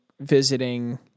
visiting